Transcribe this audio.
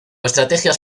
estrategias